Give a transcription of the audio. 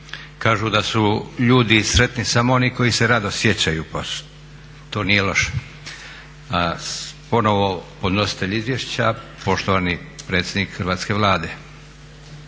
Kažu da su ljudi sretni samo oni koji se rado sjećaju, pa to nije loše. Ponovo podnositelj izvješća, poštovani predsjednik hrvatske Vlade.